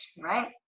Right